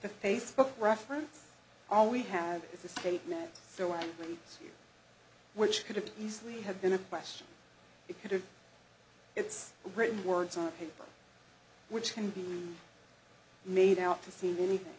the facebook reference all we have is the same which could have easily have been a question it could have it's written words on paper which can be made out to see anything